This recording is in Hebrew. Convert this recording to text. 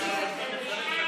תעסוקה?